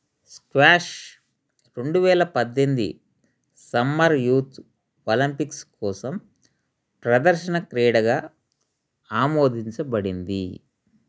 squash రెండువేల పద్దెనిమిది summer youth Olympics కోసం ప్రదర్శన క్రీడగా ఆమోదించబడింది